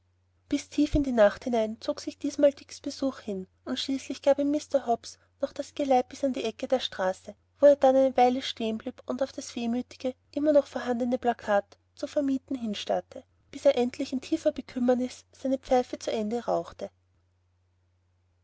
bis tief in die nacht hinein zog sich diesmal dicks besuch hin und schließlich gab ihm mr hobbs noch das geleit bis an die ecke der straße wo er dann eine weile stehen blieb und auf das wehmütige immer noch vorhandene plakat zu vermieten hinstarrte bis er endlich in tiefer bekümmernis seine pfeife zu ende rauchte